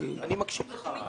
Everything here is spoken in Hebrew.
מפריע לי.